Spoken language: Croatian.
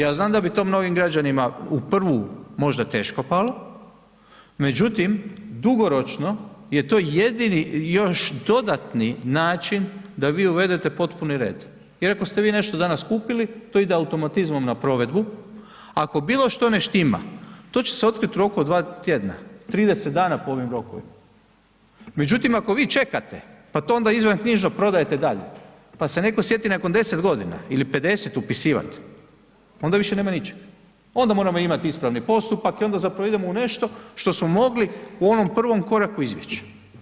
Ja znam da bi to mnogim građanima u prvu možda teško palo međutim dugoročno je to jedini još dodatni način da vi uvedete potpuni red i ako ste vi nešto danas kupili, to ide automatizmom na provedbu, ako bilo što ne štima, to će se otkriti u roku od 2 tj., 30 dana po ovim rokovima, međutim ako vi čekate pa to onda izvanknjižno prodajete dalje, pa se netko sjeti nakon 10 g. ili 50 upisivat, onda više nema ničeg, onda moramo imat ispravni postupak i onda zapravo idemo u nešto što smo mogli u onom prvom koraku izbjeći.